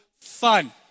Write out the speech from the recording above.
fun